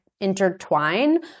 intertwine